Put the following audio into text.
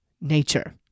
nature